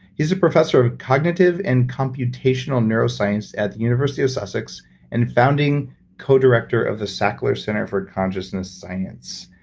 he's a professor of cognitive and computational neuroscience at the university of sussex and founding co-director of the sackler center for consciousness science,